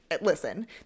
listen